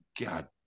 god